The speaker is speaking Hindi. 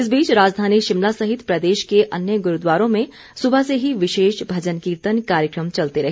इस बीच राजधानी शिमला सहित प्रदेश के अन्य गुरूद्वारों में सुबह से ही विशेष भजन कीर्तन कार्यक्रम चलते रहे